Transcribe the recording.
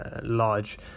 large